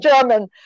German